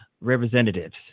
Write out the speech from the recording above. representatives